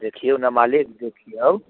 देखिऔ ने मालिक देखिऔ